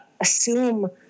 assume